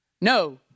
no